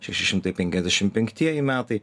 šeši šimtai penkiasdešim penktieji metai